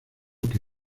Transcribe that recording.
que